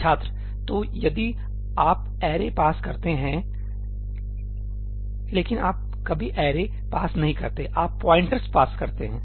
छात्रतो यदि आप ऐरेपास करते हैं लेकिन आप कभी ऐरे पास नहीं करते आप पॉइंटर्स पास करते हैं